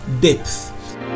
depth